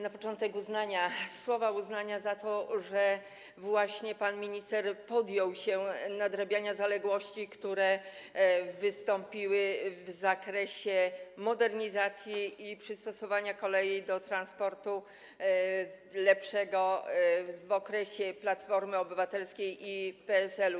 Na początek słowa uznania za to, że właśnie pan minister podjął się nadrabiania zaległości, które wystąpiły w zakresie modernizacji kolei i przystosowania jej do transportu lepszego, w okresie rządów Platformy Obywatelskiej i PSL-u.